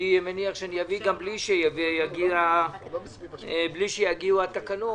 אני מניח שאני אביא גם בלי שיגיעו התקנות,